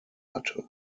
hatte